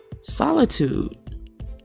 solitude